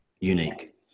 unique